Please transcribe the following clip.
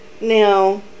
Now